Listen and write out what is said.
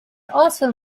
also